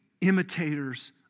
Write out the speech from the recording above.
imitators